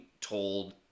told